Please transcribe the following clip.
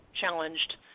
challenged